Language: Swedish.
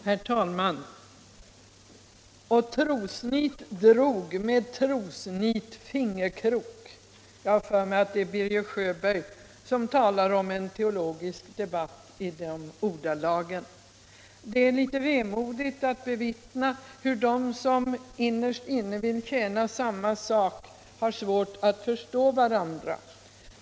Herr talman! ”Och trosnit drog med trosnit fingerkrok” — jag vill minnas att Birger Sjöberg talar om en teologisk debatt i de ordalagen. Det är litet vemodigt att bevittna hur de som innerst inne vill främja samma sak har svårt att förstå varandra.